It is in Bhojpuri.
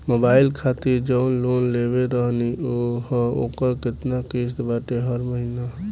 मोबाइल खातिर जाऊन लोन लेले रहनी ह ओकर केतना किश्त बाटे हर महिना?